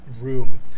room